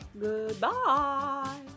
Goodbye